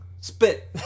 spit